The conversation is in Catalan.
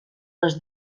les